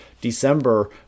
December